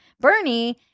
Bernie